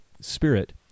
Spirit